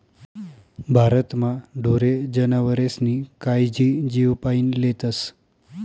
भारतमा ढोरे जनावरेस्नी कायजी जीवपाईन लेतस